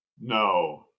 No